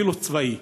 אפילו צבאי,